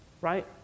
Right